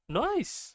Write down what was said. nice